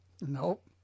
Nope